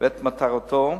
ואת מטרתו.